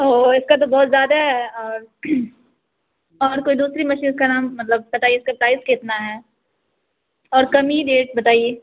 اوہ اس کا تو بہت زیادہ ہے اور اور کوئی دوسری مچھلی اس کا نام مطلب بتائیے اس کا پرائز کتنا ہے اور کم ہی ریٹ بتائیے